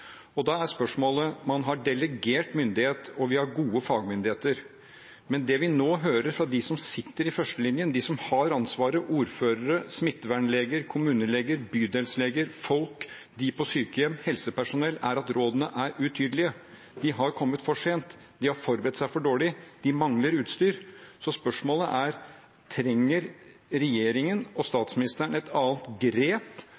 og svineinfluensa. Da er spørsmålet: Man har delegert myndighet, og vi har gode fagmyndigheter. Men det vi nå hører fra dem som sitter i førstelinjen, de som har ansvaret – ordførere, smittevernleger, kommuneleger, bydelsleger, de på sykehjem, helsepersonell – er at rådene er utydelige, de har kommet for sent, de har forberedt seg for dårlig, de mangler utstyr. Så spørsmålet er: Trenger regjeringen og